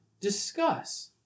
discuss